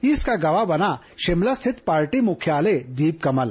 इसका गवाह बना शिमला स्थित पार्टी कार्यालय दीपकमल